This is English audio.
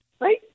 right